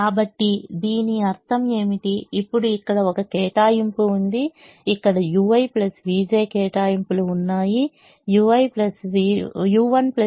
కాబట్టి దీని అర్థం ఏమిటి ఇప్పుడు ఇక్కడ ఒక కేటాయింపు ఉంది ఇక్కడ ui vj కేటాయింపులు ఉన్నాయి u1 v1 Cij ఇది 8